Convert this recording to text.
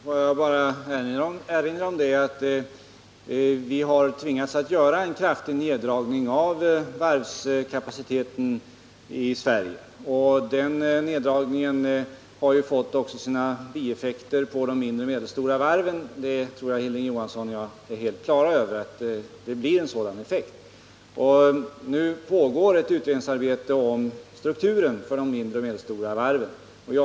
Herr talman! Får jag bara erinra om att vi har tvingats göra en kraftig neddragning av varvskapaciteten i Sverige. Den neddragningen har också fått sina bieffekter på de mindre och medelstora varven. Jag tror att både Hilding Johansson och jag är helt på det klara med att det blir sådana effekter. Nu pågår ett utredningsarbete om strukturen på de mindre och medelstora varven.